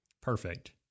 Perfect